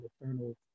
eternal